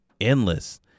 endless